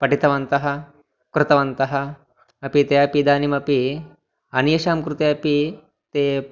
पठितवन्तः कृतवन्तः अपि ते अपि इदानीमपि अन्येषां कृते अपि ते